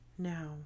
now